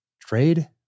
trade